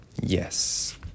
Yes